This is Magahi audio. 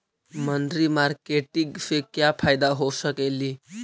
मनरी मारकेटिग से क्या फायदा हो सकेली?